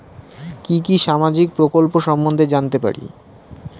কি কি সামাজিক প্রকল্প সম্বন্ধে জানাতে পারি?